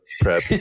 prep